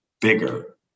bigger